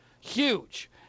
Huge